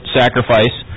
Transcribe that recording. sacrifice